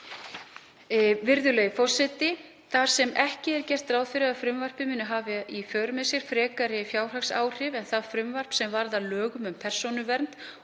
einstaklingi. Þar sem ekki er gert ráð fyrir að frumvarpið muni hafa í för með sér frekari fjárhagsáhrif en það frumvarp sem varð að lögum um persónuvernd